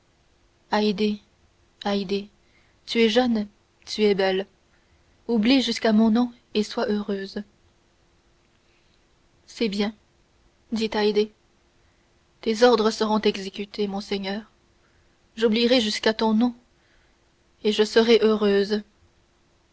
tu es jeune tu es belle oublie jusqu'à mon nom et sois heureuse c'est bien dit haydée tes ordres seront exécutés mon seigneur j'oublierai jusqu'à ton nom et je serai heureuse